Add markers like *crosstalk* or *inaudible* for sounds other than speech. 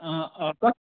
*unintelligible*